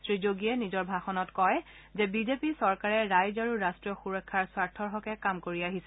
শ্ৰীযোগীয়ে নিজৰ ভাষণত কয় যে বিজেপি চৰকাৰে ৰাইজ আৰু ৰাষ্ট্ৰীয় সূৰক্ষাৰ স্বাৰ্থৰ হকে কাম কৰি আছে